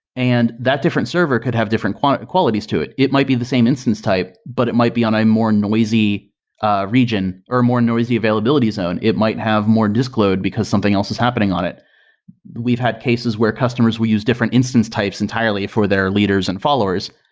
and that different server could have different qualities qualities to it. it might be the same instance type, but it might be on a more noisy ah region or a more noisy availability zone. it might have more disk load because something else is happening on. we've had cases where customers will use different instance types entirely for their leaders and followers,